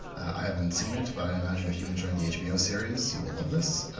i haven't seen it but i imagine if you enjoyed the hbo series you will love this.